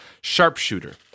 Sharpshooter